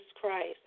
Christ